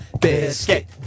biscuit